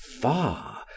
far